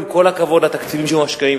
עם כל הכבוד לתקציבים שמושקעים,